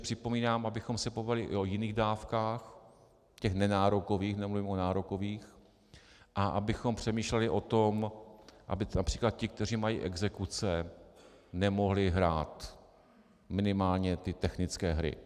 Připomínám, abychom se pobavili i o jiných dávkách, těch nenárokových, nemluvím o nárokových, abychom přemýšleli o tom, aby například ti, kteří mají exekuce, nemohli hrát minimálně technické hry.